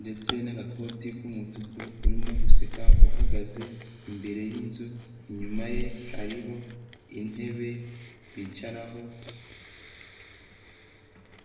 ndetse n'agakoti k'umutuku urimo guseka uhagaze imbere y'inzu inyuma ye hariho intebe bicaraho.